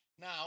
now